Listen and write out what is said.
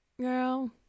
girl